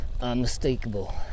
Unmistakable